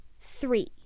Three